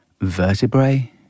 vertebrae